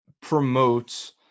promotes